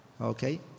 okay